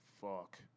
fuck